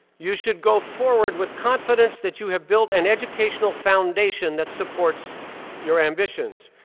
you should go forward with confidence that you have built an educational foundation that supports your ambitions.